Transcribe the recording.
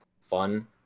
fun